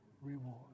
reward